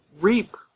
reap